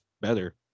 better